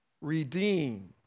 redeem